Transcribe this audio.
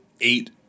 eight